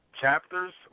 chapters